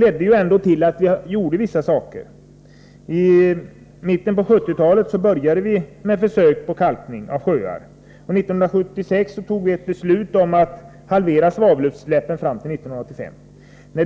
ledde ändå till att vi vidtog vissa åtgärder. I mitten på 1970-talet påbörjades försök med kalkning av sjöar. År 1976 tog vi ett beslut om att halvera svavelutsläppen fram till 1985.